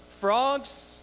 frogs